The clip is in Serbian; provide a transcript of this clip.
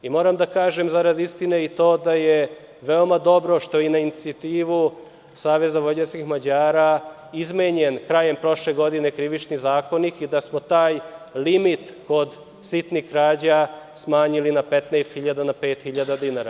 Moram da kažem, zarad istine i to da je veoma dobro što na inicijativu Saveza vojvođanskih Mađara, izmenjen, krajem prošle godine Krivični zakonik i da smo taj limit kod sitnih krađa smanjili na 15.000 na 5.000 dinara.